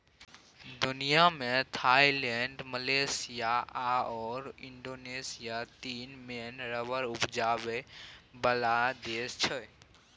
दुनियाँ मे Thailand, Malaysia आओर इंडोनेशिया तीन मेन रबर उपजाबै बला देश छै